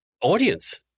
audience